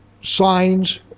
signs